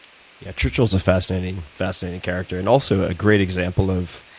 yeah, churchill's a fascinating fascinating character and also a great example of